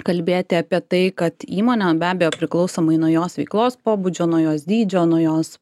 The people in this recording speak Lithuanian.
kalbėti apie tai kad įmonė be abejo priklausomai nuo jos veiklos pobūdžio nuo jos dydžio nuo jos